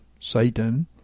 Satan